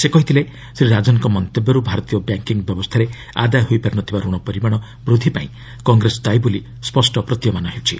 ସେ କହିଛନ୍ତି ଶ୍ରୀ ରାଜନଙ୍କ ମନ୍ତବ୍ୟର ଭାରତୀୟ ବ୍ୟାଙ୍କିଙ୍ଗ୍ ବ୍ୟବସ୍ଥାରେ ଆଦାୟ ହୋଇପାରିନଥିବାର ଋଣ ପରିମାଣ ବୃଦ୍ଧି ପାଇଁ କଂଗ୍ରେସ ଦାୟୀ ବୋଲି ସ୍ୱଷ୍ଟ ପ୍ରତିୟମାନ ହେଉଛି